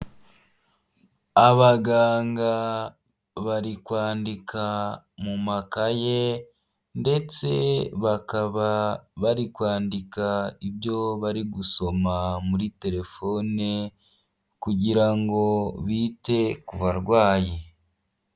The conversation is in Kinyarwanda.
Abaganga bari kwandika mu makaye, ndetse bakaba bari kwandika ibyo bari gusoma muri telefone, kugira ngo bite ku barwayi.